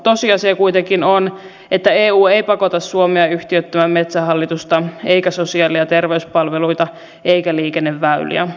tosiasia kuitenkin on että eu ei pakota suomea yhtiöittämään metsähallitusta eikä sosiaali ja terveyspalveluita eikä liikenneväyliä